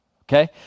Okay